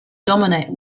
dominate